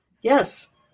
yes